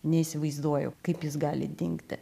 neįsivaizduoju kaip jis gali dingti